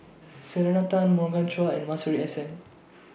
Selena Tan Morgan Chua and Masuri S N